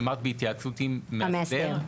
אמרת בהתייעצות עם המאסדר?